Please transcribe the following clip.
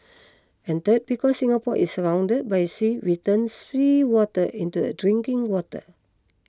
and third because Singapore is surrounded by sea we turn seawater into a drinking water